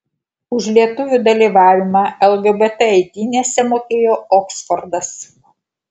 už lietuvių dalyvavimą lgbt eitynėse mokėjo oksfordas